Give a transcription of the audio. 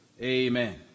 amen